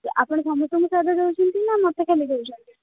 ଆପଣ ସମସ୍ତଙ୍କୁ ସାଧା ଦଉଛନ୍ତି ନାଁ ମୋତେ ଖାଲି ଦଉଛନ୍ତି